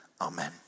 Amen